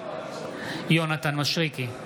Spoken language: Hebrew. יונתן מישרקי,